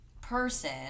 person